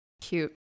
Cute